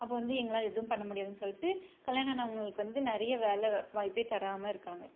அப்போ வந்து எங்ளால் எதுவும் பண்ண முடியாதுன்னு சொல்லிட்டு கல்யாணம் ஆனவங்களுக்கு வந்து நிறைய வேலை வாய்ப்பே தராமல் இருக்காங்க